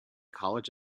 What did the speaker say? college